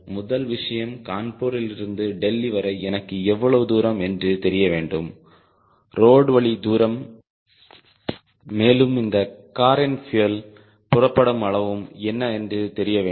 முதல் விஷயம் கான்பூரில் இருந்து டெல்லி வரை எனக்கு எவ்வளவு தூரம் என்று தெரிய வேண்டும் ரோடு வழி தூரம் மேலும் இந்த காரின் பியூயல் புறப்படும் அளவும் என்ன என்று தெரியவேண்டும்